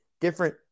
different